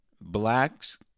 blacks